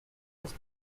has